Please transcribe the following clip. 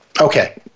Okay